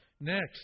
Next